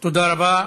תודה רבה.